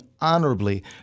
honorably